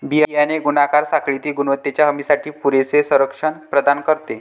बियाणे गुणाकार साखळीतील गुणवत्तेच्या हमीसाठी पुरेसे संरक्षण प्रदान करते